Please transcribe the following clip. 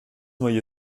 noyer